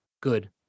good